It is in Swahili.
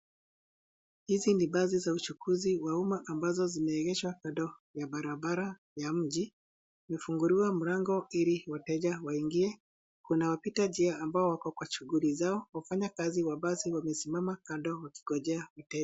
Hizi ni gari za uchukuzi wa umma ambazo zimeegeshwa kando ya barabara ya mji. Imefunguliwa milango ili wateja waingie. Kuna wapita njia ambao wako kwa shughuli zao. Wafanyakazi wa basi wamesimama kando wakingojea wateja.